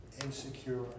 insecure